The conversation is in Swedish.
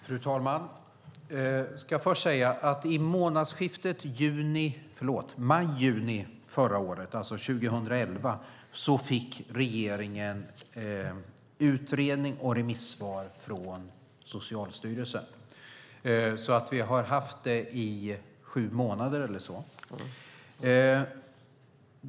Fru talman! Jag ska först säga att i månadsskiftet maj/juni förra året, alltså 2011, fick regeringen utredning och remissvar från Socialstyrelsen. Vi har haft dem i ungefär sju månader.